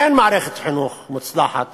אין מערכת חינוך מוצלחת